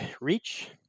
reach